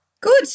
Good